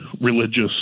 religious